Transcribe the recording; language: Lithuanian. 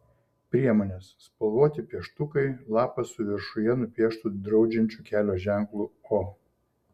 priemonės spalvoti pieštukai lapas su viršuje nupieštu draudžiančiu kelio ženklu o